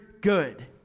good